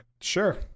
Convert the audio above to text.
Sure